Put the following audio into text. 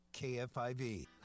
KFIV